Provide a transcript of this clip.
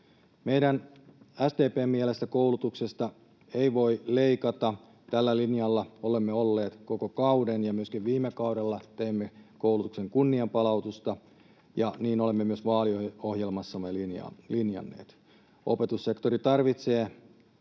Meidän, SDP:n, mielestä koulutuksesta ei voi leikata. Tällä linjalla olemme olleet koko kauden ja myöskin viime kaudella teimme koulutuksen kunnianpalautusta ja niin olemme myös vaaliohjelmassamme linjanneet. Opetussektori tarvitsee